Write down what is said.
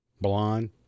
blonde